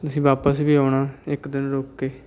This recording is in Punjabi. ਅਸੀਂ ਵਾਪਸ ਵੀ ਆਉਣਾ ਇੱਕ ਦਿਨ ਰੁਕ ਕੇ